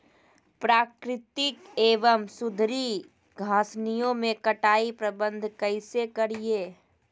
प्राकृतिक एवं सुधरी घासनियों में कटाई प्रबन्ध कैसे करीये?